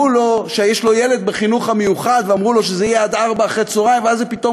שיש לו ילד בחינוך המיוחד ואמרו לו שזה יהיה עד 16:00 ואז זה פתאום